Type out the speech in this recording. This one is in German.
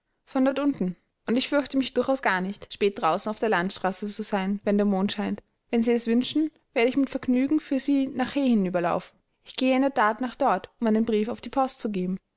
von dort unten und ich fürchte mich durchaus gar nicht spät draußen auf der landstraße zu sein wenn der mond scheint wenn sie es wünschen werde ich mit vergnügen für sie nach hay hinüber laufen ich gehe in der that nach dort um einen brief auf die post zu geben